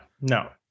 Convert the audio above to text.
no